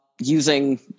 using